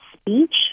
speech